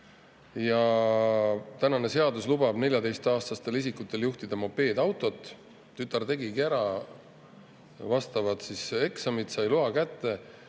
Tänane seadus lubab 14-aastastel isikutel juhtida mopeedautot. Tütar tegigi ära vastavad eksamid, sai loa kätte.